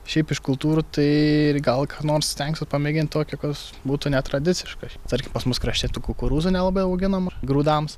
šiaip iš kultūrų tai ir gal ką nors stengsiuos pamėgint tokį koks būtų netradiciškas tarkim pas mus krašte tų kukurūzų nelabai auginama grūdams